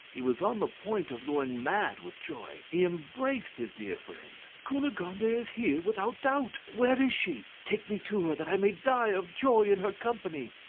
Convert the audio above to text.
he was on the point of going mad with joy. he embraced his dear friend. cunegonde is here, without doubt where is she? take me to her that i may die of joy in her company.